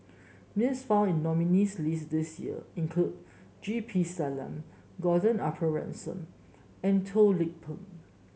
names found in nominees' list this year include G P Selvam Gordon Arthur Ransome and Toh Lik Peng